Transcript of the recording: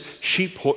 sheep